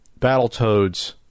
Battletoads